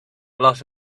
lot